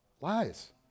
lies